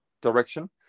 direction